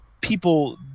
people